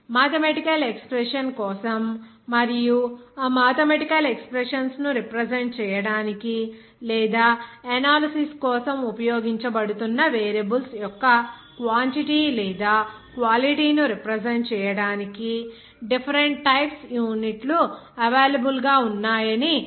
mathematical expression కోసం మరియు ఆ మాథెమెటికల్ ఎక్స్ప్రెషన్స్ ను రిప్రజెంట్ చేయడానికి లేదా ఎనాలిసిస్ కోసం ఉపయోగించబడుతున్న వేరియబుల్స్ యొక్క క్వాంటిటీ లేదా క్వాలిటీ ను రిప్రజెంట్ చేయడానికి డిఫరెంట్ టైప్స్ యూనిట్లు అవైలబుల్ గా ఉన్నాయని వారు చూడాలి